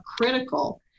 critical